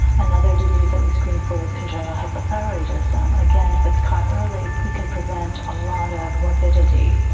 another disease that we screened for is congenital hyperthyroidism. again, if it's caught early, we can prevent a lot of morbidity.